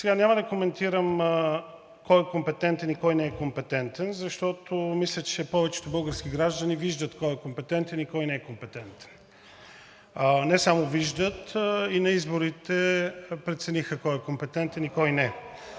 Сега няма да коментирам кой е компетентен и кой не е компетентен, защото мисля, че повечето български граждани виждат кой е компетентен и кой не е компетентен. Не само виждат, и на изборите прецениха кой е компетентен и кой не